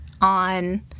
on